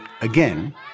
again